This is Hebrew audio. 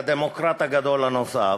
הדמוקרט הגדול הנוסף,